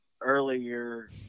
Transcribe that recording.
earlier